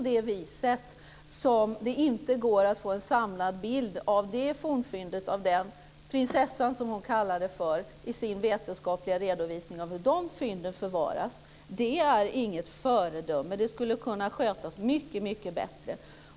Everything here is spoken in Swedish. Det går inte att få en samlad bild av fornfyndet av prinsessan, som hon kallar det i sin vetenskapliga redovisning av hur det materialet förvaras. Det är inget föredöme. Det skulle kunna skötas mycket bättre.